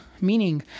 meaning